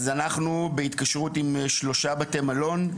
אנחנו בהתקשרות עם שלושה בתי מלון,